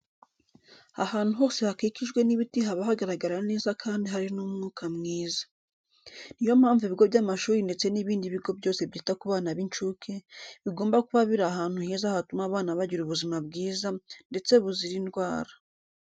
Ahantu hose hakikijwe n'ibiti haba hagaragara neza kandi hari n'umwuka mwiza. Niyo mpamvu ibigo by'amashuri ndetse n'ibindi bigo byose byita ku bana b'incuke, bigomba kuba biri ahantu heza hatuma abana bagira ubuzima bwiza, ndetse buzira indwara.